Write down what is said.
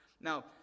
Now